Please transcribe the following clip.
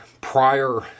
prior